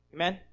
Amen